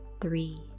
three